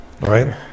right